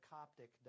Coptic